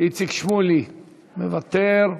איציק שמולי, מוותר,